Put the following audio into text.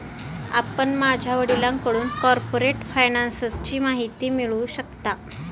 आपण माझ्या वडिलांकडून कॉर्पोरेट फायनान्सची माहिती मिळवू शकता